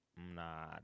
nah